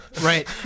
Right